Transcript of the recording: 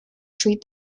treat